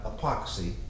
epoxy